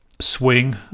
swing